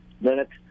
minutes